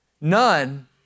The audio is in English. None